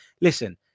listen